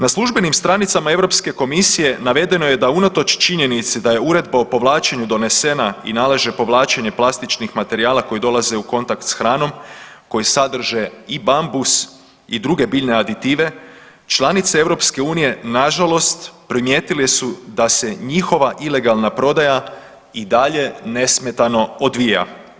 Na službenim stranicama Europske komisije navedeno je da unatoč činjenici da je Uredba o povlačenju donesena i nalaže povlačenje plastičnih materijala koji dolaze u kontakt s hranom koji sadrže i bambus i druge biljne aditive članice EU nažalost primijetile su da se njihova ilegalna prodaja i dalje nesmetano odvija.